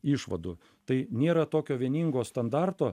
išvadų tai nėra tokio vieningo standarto